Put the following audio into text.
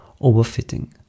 overfitting